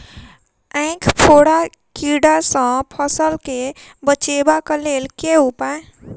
ऐंख फोड़ा टिड्डा सँ फसल केँ बचेबाक लेल केँ उपाय?